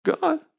God